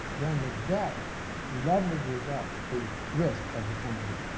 then the debt leverages up the risk of the company,